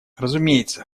разумеется